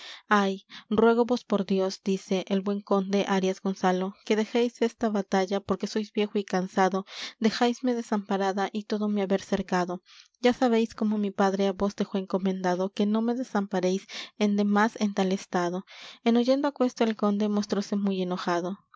ay ruégovos por dios dice el buen conde arias gonzalo que dejéis esta batalla porque sois viejo y cansado dejáisme desamparada y todo mi haber cercado ya sabéis cómo mi padre á vos dejó encomendado que no me desamparéis ende más en tal estado en oyendo aquesto el conde mostróse muy enojado